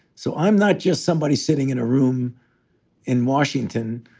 so i'm not just somebody sitting in a room in washington,